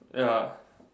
ya